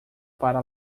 para